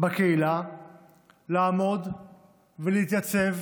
בקהילה לעמוד ולהתייצב